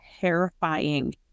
terrifying